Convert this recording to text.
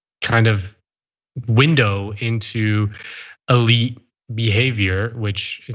kind of window into elite behavior which,